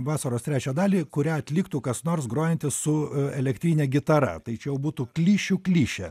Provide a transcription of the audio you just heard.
vasaros trečią dalį kurią atliktų kas nors grojantis su e elektrine gitara tai čia jau būtų klišių klišė